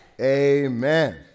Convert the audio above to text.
amen